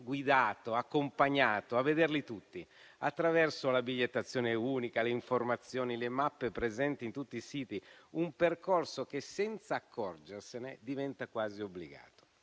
guidato, accompagnato a vederli tutti, attraverso la bigliettazione unica, le informazioni e le mappe presenti in tutti i siti. Un percorso che, senza accorgersene, diventa quasi obbligato.